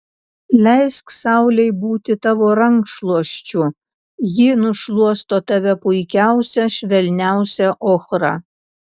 leisk saulei būti tavo rankšluosčiu ji nušluosto tave puikiausia švelniausia ochra